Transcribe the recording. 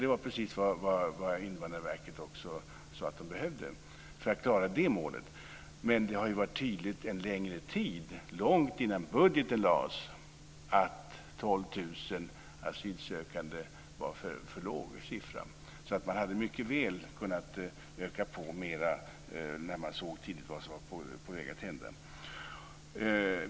Det var också precis vad Invandrarverket sade att man behövde för att klara det målet. Men det har ju varit tydligt en längre tid, långt innan budgeten lades fram, att 12 000 asylsökande var en för låg siffra. Man hade mycket väl kunnat öka på mera när man tidigt såg vad som var på väg att hända.